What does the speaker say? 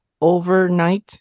Overnight